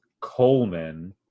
Coleman